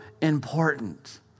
important